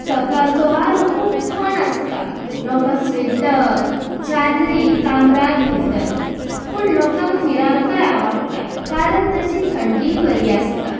सकाळचो वारो खूब थंड आसता लोकां स्वेटर चादरी काबरां घेतत पूण लोकांक फिरांकय आवडाटा कारण तशी थंडी बरी आसता